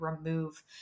remove